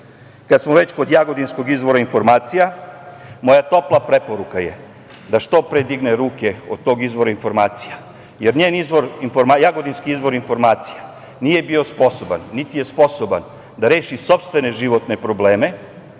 Kad smo već kod jagodinskog izvora informacija, moja topla preporuka je da što pre digne ruke od tog izvora informacija, jer njen jagodinski izvor informacija nije bio sposoban niti je sposoban da reši sopstvene životne probleme